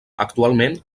actualment